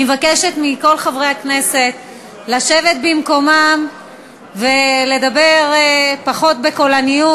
אני מבקשת מכל חברי הכנסת לשבת במקומם ולדבר פחות בקולניות.